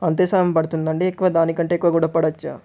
అంతే సమయం పడుతుంది అండి ఎక్కువ దానికంటే ఎక్కువ కూడా పడవచ్చా